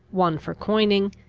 one for coining,